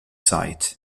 site